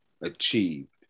achieved